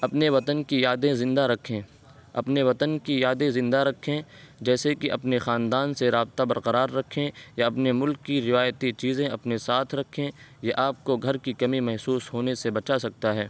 اپنے وطن کی یادیں زندہ رکھیں اپنے وطن کی یادیں زندہ رکھیں جیسے کہ اپنے خاندان سے رابطہ برقرار رکھیں یا اپنے ملک کی روایتی چیزیں اپنے ساتھ رکھیں یہ آپ کو گھر کی کمی محسوس ہونے سے بچا سکتا ہے